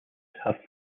have